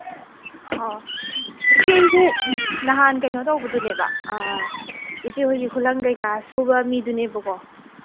ꯑꯣ ꯅꯍꯥꯟ ꯀꯩꯅꯣ ꯇꯧꯕꯗꯨꯅꯦꯕ ꯏꯆꯦꯍꯣꯏꯒꯤ ꯈꯨꯂꯪ ꯀꯩꯀꯥ ꯁꯨꯕ ꯃꯤꯗꯨꯅꯦꯕꯀꯣ